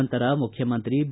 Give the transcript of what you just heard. ನಂತರ ಮುಖ್ಯಮಂತ್ರಿ ಬಿ